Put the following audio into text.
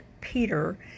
Peter